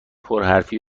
پرحرفی